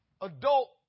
adult